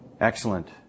Excellent